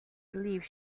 believe